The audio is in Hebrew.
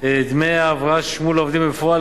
דמי ההבראה ששולמו לעובדים בפועל,